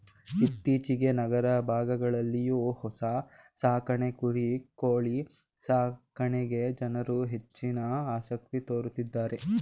ಇತ್ತೀಚೆಗೆ ನಗರ ಭಾಗಗಳಲ್ಲಿಯೂ ಹಸು ಸಾಕಾಣೆ ಕುರಿ ಕೋಳಿ ಸಾಕಣೆಗೆ ಜನರು ಹೆಚ್ಚಿನ ಆಸಕ್ತಿ ತೋರುತ್ತಿದ್ದಾರೆ